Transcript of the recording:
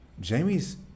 Jamie's